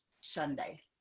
Sunday